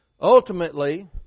ultimately